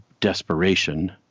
desperation